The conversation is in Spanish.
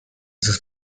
sus